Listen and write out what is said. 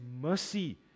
mercy